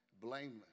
blameless